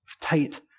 tight